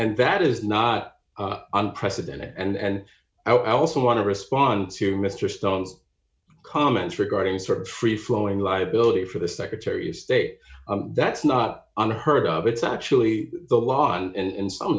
and that is not unprecedented and i also want to respond to mr stone's comments regarding sort of free flowing liability for the secretary of state that's not unheard of it's actually the law and in some